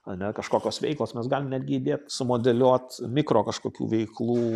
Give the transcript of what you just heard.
ane kažkokios veiklos mes galim netgi įdėt sumodeliuot mikro kažkokių veiklų